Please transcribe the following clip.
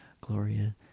Gloria